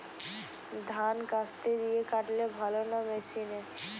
ধান কাস্তে দিয়ে কাটলে ভালো না মেশিনে?